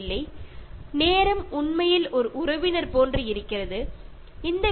പക്ഷേ ഞാൻ പ്രതീക്ഷിക്കുന്നു ഈ മെറ്റീരിയലുകൾ നിങ്ങൾക്ക് വളരെ ഉപകാരപ്രദമായി എന്ന്